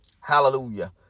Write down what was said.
Hallelujah